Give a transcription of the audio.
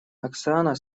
оксана